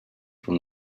from